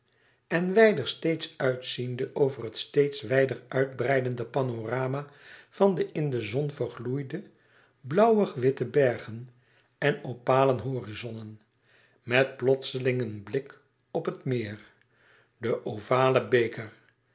en wijder steeds uitziende over het steeds wijder uitbreidende panorama van de in de zon vergloeide blauwig witte bergen en opalen horizonnen met plotseling een blik op het meer de ovale beker